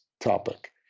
topic